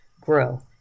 grow